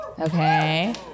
Okay